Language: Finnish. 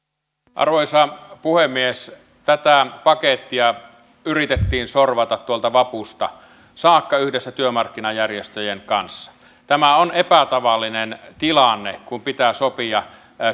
arvoisa puhemies tätä pakettia yritettiin sorvata vapusta saakka yhdessä työmarkkinajärjestöjen kanssa tämä on epätavallinen tilanne kun pitää sopia